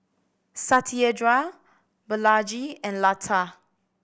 Satyendra Balaji and Lata